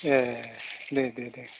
ए दे दे दे